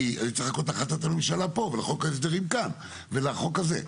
כי הייתי צריך לחכות להחלטת הממשלה פה ולחוק ההסדרים כאן ולחוק הזה.